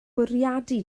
bwriadu